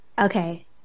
Okay